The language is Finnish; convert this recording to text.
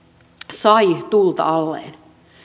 sai tuulta alleen